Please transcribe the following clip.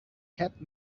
had